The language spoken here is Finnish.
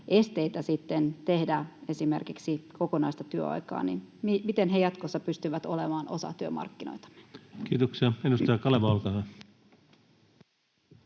esteitä tehdä esimerkiksi kokonaista työaikaa, jatkossa pystyvät olemaan osa työmarkkinoitamme. Kiitoksia. — Edustaja Kaleva, olkaa hyvä.